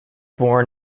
born